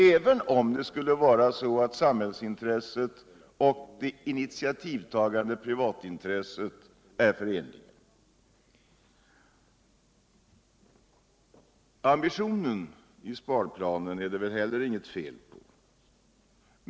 även om det skulle vara så at samhillsintresset och det initiativtagande privatintresset var förenliga. Ambitionen i sparplanen är det väl i och för sig inget fel på.